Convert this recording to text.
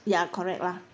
ya correct lah